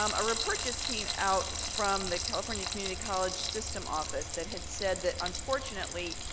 um a report just came out from the california community college system office that had said that unfortunately,